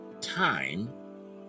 time